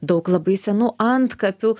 daug labai senų antkapių